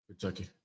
Kentucky